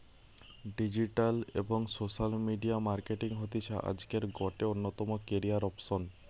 digital এবং social media marketing হতিছে আজকের গটে অন্যতম ক্যারিয়ার অপসন